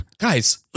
Guys